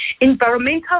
Environmental